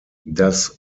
das